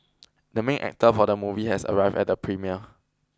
the main actor of the movie has arrived at the premiere